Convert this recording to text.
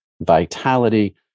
vitality